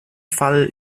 fall